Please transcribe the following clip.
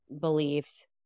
beliefs